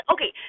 Okay